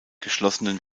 geschlossenen